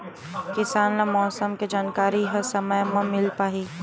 किसान ल मौसम के जानकारी ह समय म मिल पाही?